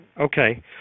okay